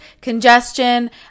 congestion